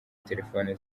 telefone